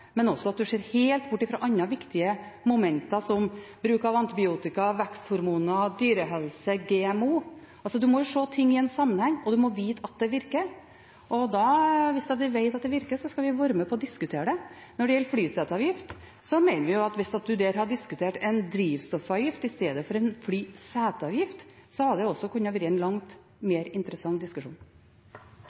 men også at en ser helt bort fra andre viktige momenter, som bruk av antibiotika og veksthormoner, dyrehelse ved utsetting av GMO. En må se ting i sammenheng, og en må vite at det virker. Hvis vi vet at det virker, skal vi være med på å diskutere det. Når det gjelder flyseteavgift, mener vi at hvis en hadde diskutert en drivstoffavgift i stedet for en flyseteavgift, hadde det vært en langt mer interessant diskusjon.